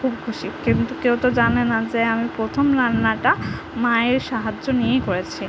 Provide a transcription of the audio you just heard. খুব খুশি কিন্তু কেউ তো জানে না যে আমি প্রথম রান্নাটা মায়ের সাহায্য নিয়েই করেছি